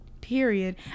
period